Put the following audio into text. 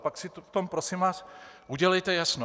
Tak si v tom prosím vás udělejte jasno.